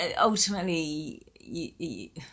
ultimately